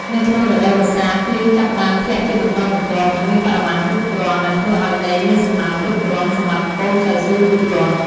នៅក្នុងរដូវវស្សា ភ្លៀងចាប់ផ្តើមធ្លាក់ជាបន្តបន្ទាប់ និងមានបរិមាណគ្រប់គ្រាន់ ដែលធ្វើឱ្យដីមានសំណើមគ្រប់គ្រាន់សម្រាប់កូនកៅស៊ូលូតលាស់។